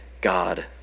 God